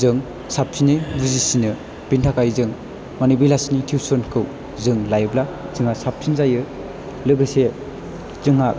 जों साबसिनै बुजिसिनो बेनि थाखाय जों माने बेलासिनि टिउसन खौ जों लायोब्ला जोंहा साबसिन जायो लोगोसे जोंहा